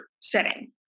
setting